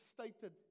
stated